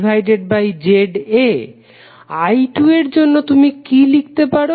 I2 এর জন্য তুমি কি লিখতে পারো